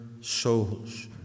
souls